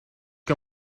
que